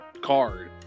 card